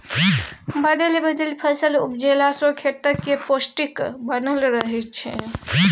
बदलि बदलि फसल उपजेला सँ खेतक पौष्टिक बनल रहय छै